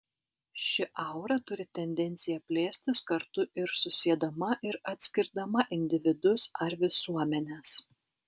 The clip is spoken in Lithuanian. ši aura turi tendenciją plėstis kartu ir susiedama ir atskirdama individus ar visuomenes